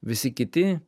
visi kiti